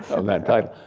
on that title.